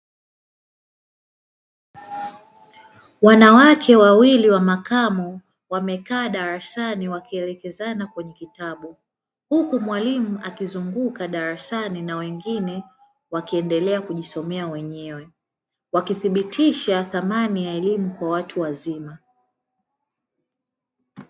Wanawake wawili wa makamo wamekaa darasani wakielekezana kwenye kitabu. Huku mwalimu akizunguka darasani na wengine wakiendelea kujisomea wenyewe, wakithibitisha thamani ya elimu kwa watu wazima.